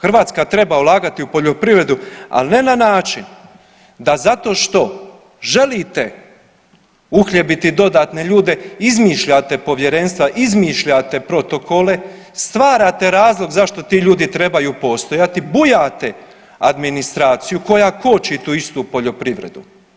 Hrvatska treba ulagati u poljoprivredu, ali ne način da zato što želite uhljebiti dodatne ljude, izmišljate povjerenstva, izmišljate protokole, stvarate razlog zašto ti ljudi trebaju postojati, bujate administraciju koja koči tu istu poljoprivredu.